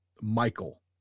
Michael